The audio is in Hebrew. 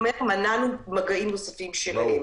שאומרת שאנחנו מבקשים להאריך אותו דבר,